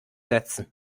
setzen